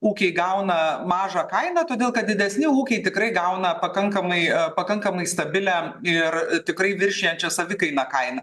ūkiai gauna mažą kainą todėl kad didesni ūkiai tikrai gauna pakankamai pakankamai stabilią ir tikrai viršijančią savikainą kainą